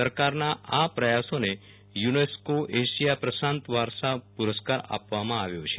સરકારના આ પ્રયાસોને યુનેસ્કો એશિયા પ્રશાંત વારસાપુરસ્કાર આપવામાં આવ્યો છે